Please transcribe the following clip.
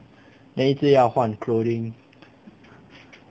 then 一直要换 clothing